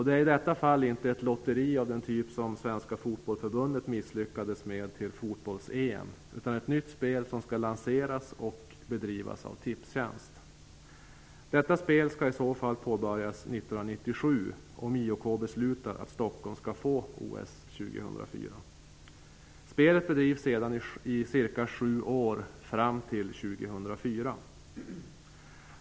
Det är i detta fall inte ett lotteri av den typ som Svenska Fotbollförbundet misslyckades med till Fotbolls-EM utan ett nytt spel som skall lanseras och bedrivas av Tipstjänst. Detta spel skall i så fall påbörjas år 1997 om IOK beslutar att Stockholm skall få OS år 2004. Spelet bedrivs sedan i cirka sju år, fram till 2004.